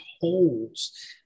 holes